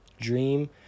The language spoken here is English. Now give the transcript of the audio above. dream